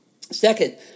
Second